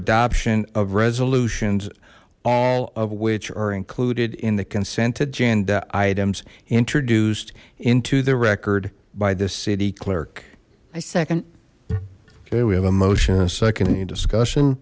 adoption of resolutions all of which are included in the consent agenda items introduced into the record by the city clerk i second okay we have a motion a second any discussion